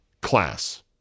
class